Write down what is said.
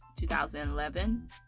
2011